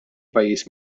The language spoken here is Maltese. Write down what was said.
pajjiż